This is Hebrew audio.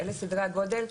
אלה סדרי הגודל.